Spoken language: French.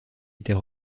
était